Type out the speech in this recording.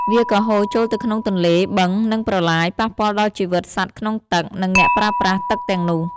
វាក៏ហូរចូលទៅក្នុងទន្លេ បឹង និងប្រឡាយ ប៉ះពាល់ដល់ជីវិតសត្វក្នុងទឹក និងអ្នកប្រើប្រាស់ទឹកទាំងនោះ។